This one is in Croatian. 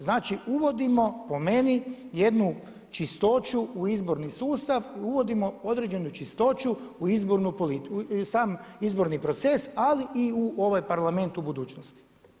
Znači uvodimo po meni jednu čistoću u izborni sustav, uvodimo određenu čistoću u sam izborni proces ali i u ovaj Parlament u budućnosti.